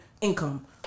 income